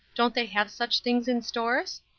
don't they have such things in stores?